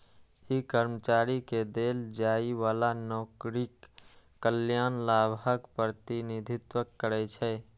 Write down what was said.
ई कर्मचारी कें देल जाइ बला नौकरीक कल्याण लाभक प्रतिनिधित्व करै छै